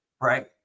Right